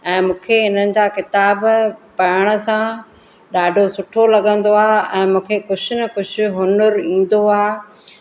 ऐं मूंखे हिननि जा किताब पढ़ण सां ॾाढो सुठो लॻंदो आहे ऐं मूंखे कुझु न कुझु हुनुरु ईंदो आहे